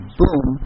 boom